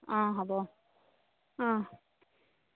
অঁ হ'ব অঁ